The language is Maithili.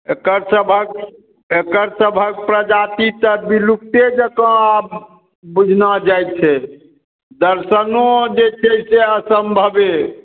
एकर सभक एकर सभक प्रजाति तऽ विलुप्ते जकाँ आब बुझना जाइ छै दर्शनो जे छै से असम्भवे